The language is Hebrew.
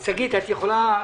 שגית, אם את יכולה,